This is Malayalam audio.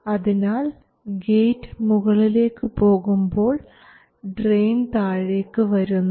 അതിനാൽ ഗേറ്റ് മുകളിലേക്ക് പോകുമ്പോൾ ഡ്രയിൻ താഴേക്കു വരുന്നു